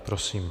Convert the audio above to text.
Prosím.